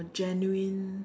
genuine